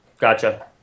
Gotcha